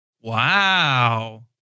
Wow